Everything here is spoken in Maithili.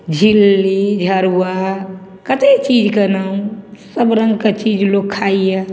झिल्ली झरुआ कते चीजके नाम सबरंगके चीज लोक खाइया